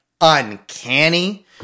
uncanny